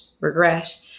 regret